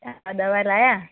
હા દવા લાવ્યા